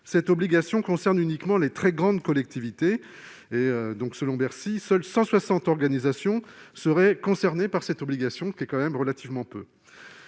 cette obligation concerne uniquement les très grandes collectivités. Selon Bercy, 160 organisations seulement seraient concernées par cette obligation, ce qui est peu.